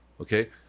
okay